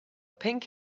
pink